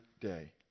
day